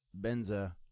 Benza